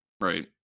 right